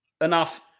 Enough